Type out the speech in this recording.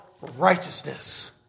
righteousness